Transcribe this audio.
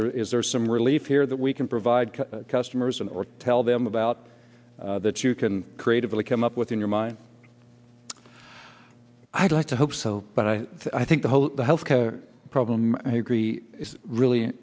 there is there some relief here that we can provide customers or tell them about that you can creatively come up with in your mind i'd like to hope so but i i think the whole health care problem i agree really